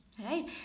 right